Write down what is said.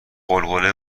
غلغله